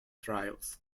trials